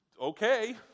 Okay